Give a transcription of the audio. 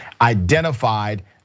identified